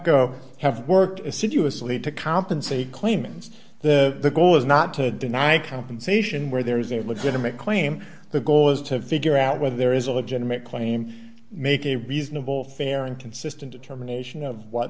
tepco have worked assiduously to compensate claimants the goal is not to deny compensation where there is a legitimate claim the goal is to figure out whether there is a legitimate claim make a reasonable fair and consistent determination of what